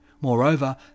Moreover